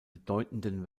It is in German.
bedeutenden